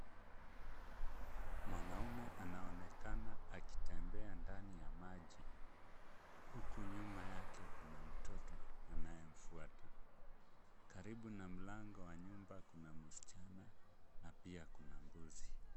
Mwanamume anaonekana akitembea ndani ya maji, huku nyuma yake kuna mtoto anayemfuata karibu na mlango wa nyumba kuna msichana na pia kuna mbuzi.